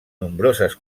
nombroses